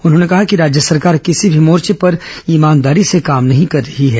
उन्होंने कहा कि राज्य सरकार किसी भी मोर्च पर ईमानदारी से काम नहीं कर रही है